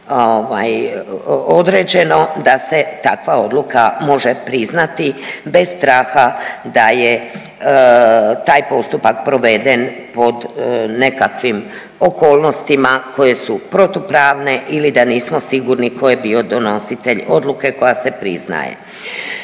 određeno da se takva odluka može priznati bez straha da je taj postupak proveden pod nekakvim okolnostima koje su protupravne ili da nismo sigurni ko je bio donositelj odluke koja se priznaje.